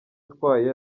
watwaye